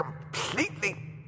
completely